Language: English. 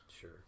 Sure